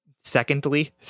secondly